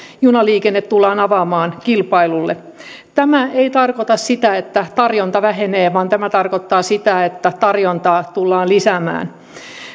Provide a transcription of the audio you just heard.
junaliikenne tullaan avaamaan kilpailulle tämä ei tarkoita sitä että tarjonta vähenee vaan tämä tarkoittaa sitä että tarjontaa tullaan lisäämään